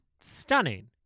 stunning